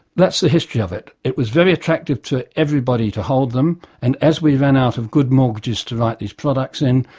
that's the history of it. it was very attractive to everybody to hold them, and as we ran out of good mortgages to write these products in,